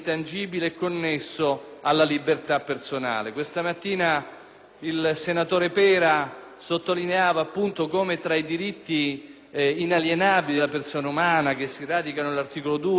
il senatore Pera sottolineava appunto come tra i diritti inalienabili della persona umana che si radicano nell'articolo 2 vi sia il diritto alla vita, alla libertà personale,